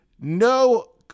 no